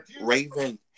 Raven